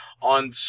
on